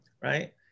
Right